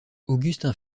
augustin